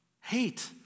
hate